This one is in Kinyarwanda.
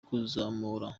kuzamura